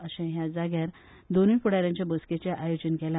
अशे ह्या जाग्यार दोनुय फुडाऱ्यांच्या बसकेचे आयोजन केला